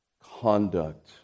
conduct